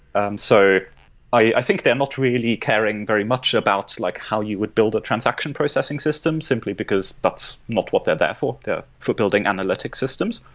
and so i think they are not really caring very much about like how you would build a transaction processing system simply because that's not what they're there for. they're for building analytic systems,